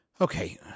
okay